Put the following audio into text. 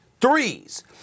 threes